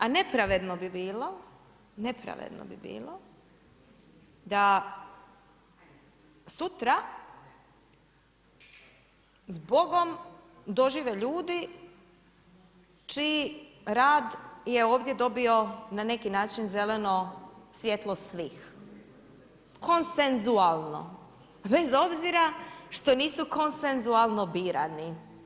A nepravedno bi bilo, nepravedno bi bilo da sutra zbogom dožive ljudi čiji rad je ovdje dobio na neki način zeleno svjetlo svih, konsenzualno bez obzira što nisu konsenzualno birani.